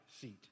seat